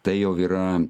tai jau yra